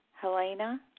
Helena